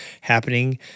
happening